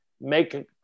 Make